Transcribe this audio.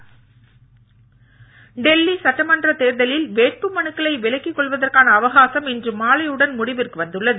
டெல்லி டெல்லி சட்டமன்ற தேர்தலில் வேட்புமனுக்களை விலக்கிக் கொள்வதற்கான அவகாசம் இன்று மாலையுடன் முடிவிற்கு வந்துள்ளது